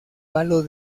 palo